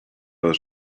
was